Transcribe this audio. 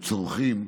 צורכים,